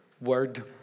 word